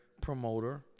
promoter